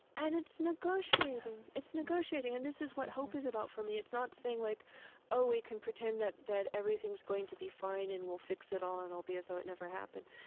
and it's negotiating. it's negotiating. and this is what hope is about for me. it's not saying, like oh, we can pretend that that everything's going to be fine, and we'll fix it all, and it'll be as though it never happened.